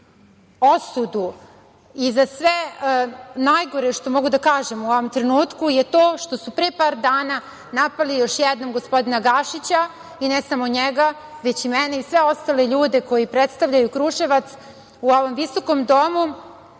osudu i za sve najgore što mogu da kažem u ovom trenutku je to što su pre par dana napali još jednom gospodina Gašića i ne samo njega, već i mene i sve ostale ljude koji predstavljaju Kruševac u ovom visokom domu,